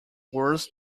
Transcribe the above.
words